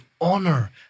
honor